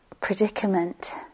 predicament